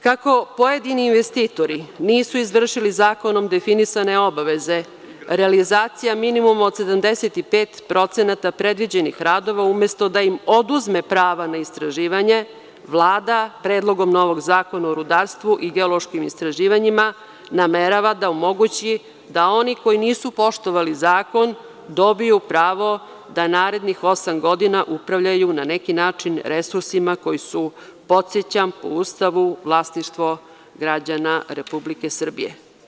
Kako pojedini investitori nisu izvršili zakonom definisane obaveze, realizacija minimum od 75% predviđenih radova, umesto da im oduzme prava na istraživanje, Vlada Predlogom novog zakona o rudarstvu i geološkim istraživanjima namerava da omogući da oni koji nisu poštovali zakon dobiju pravo da narednih osam godina upravljaju, na neki način, resursima koji su, podsećam po Ustavu, vlasništvo građana Republike Srbije.